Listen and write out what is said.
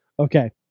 Okay